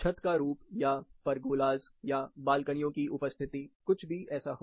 छत का रूप या पर्गोलास या बालकनियों की उपस्थिति कुछ भी ऐसा हो